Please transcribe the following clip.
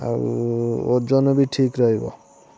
ଆଉ ଓଜନ ବି ଠିକ୍ ରହିବ